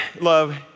love